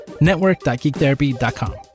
network.geektherapy.com